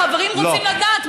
החברים רוצים לדעת מה התשובה.